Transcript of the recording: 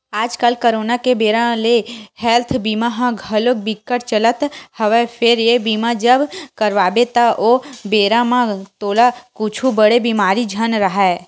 आजकल करोना के बेरा ले हेल्थ बीमा ह घलोक बिकट चलत हवय फेर ये बीमा जब करवाबे त ओ बेरा म तोला कुछु बड़े बेमारी झन राहय